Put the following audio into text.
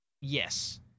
Yes